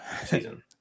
season